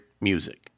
music